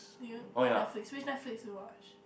do you what Netflix which Netflix you watch